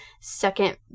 second